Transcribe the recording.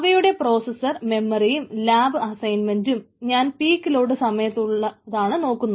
അവയുടെ പ്രോസസ്സർ മെമ്മറിയും ഞാൻ പീക്ക് ലോഡ് സമയത്തുള്ളതാണ് നോക്കുക